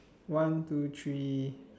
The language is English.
one two three